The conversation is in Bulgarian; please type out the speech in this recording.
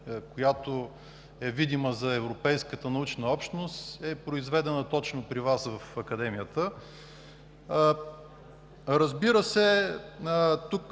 която е видима за европейската научна общност, е произведена точно при Вас в Академията. Разбира се, тук